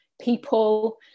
people